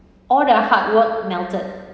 all the hard work melted